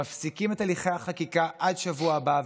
מפסיקים את הליכי החקיקה עד השבוע הבא,